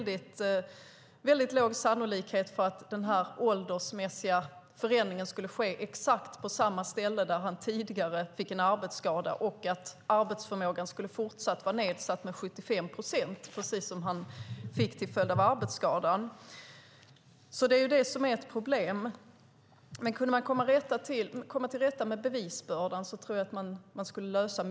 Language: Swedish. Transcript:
Det är låg sannolikhet för att den åldersmässiga förändringen skulle ske exakt på samma ställe där han tidigare fick en arbetsskada och att arbetsförmågan skulle fortsätta att vara nedsatt med 75 procent, precis som till följd av arbetsskadan. Det är ett problem. Om det går att komma till rätta med bevisbördan kan mycket lösas.